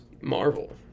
Marvel